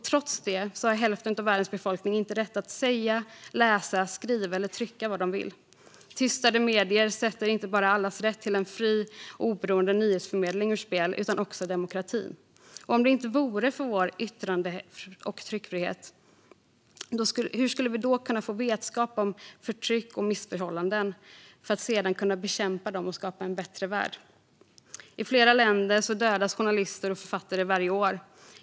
Trots det har hälften av världens befolkning inte rätt att säga, läsa, skriva eller trycka vad de vill. Tystade medier sätter inte bara allas rätt till en fri och oberoende nyhetsförmedling ur spel utan också demokratin. Om det inte vore för vår yttrande och tryckfrihet, hur skulle vi då kunna få vetskap om förtryck och missförhållanden för att sedan kunna bekämpa dem och skapa en bättre värld? I flera länder dödas journalister och författare varje år.